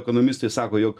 ekonomistai sako jog